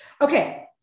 okay